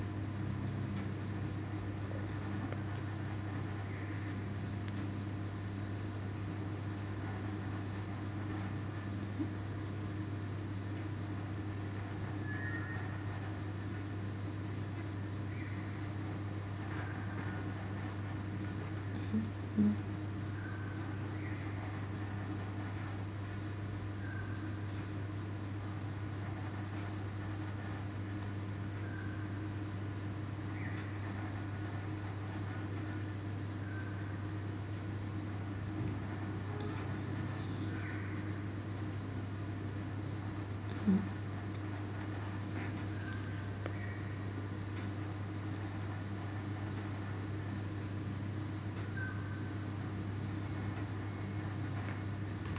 mm mm